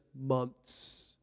months